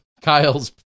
Kyle's